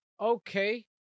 Okay